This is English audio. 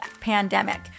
pandemic